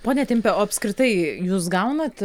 pone timpe o apskritai jūs gaunat